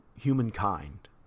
humankind